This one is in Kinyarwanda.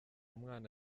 umwana